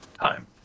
time